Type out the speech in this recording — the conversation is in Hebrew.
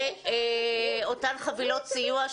ואותן חבילות סיוע,